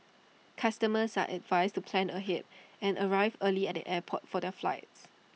customers are advised to plan ahead and arrive early at the airport for their flights